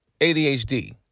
ADHD